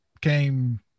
came